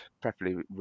preferably